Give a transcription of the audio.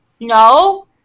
No